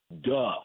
Duh